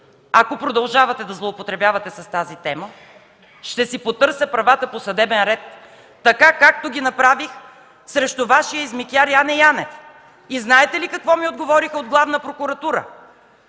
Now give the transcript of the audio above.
Ако продължавате да злоупотребявате с тази тема, ще си потърся правата по съдебен ред, както го направих срещу Вашия измекяр Яне Янев. И знаете ли какво ми отговориха от Главна прокуратура?